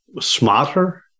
smarter